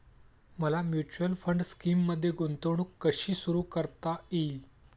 मला mutual fund स्कीममध्ये गुंतवणूक कशी सुरू करता येईल?